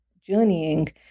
journeying